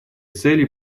цели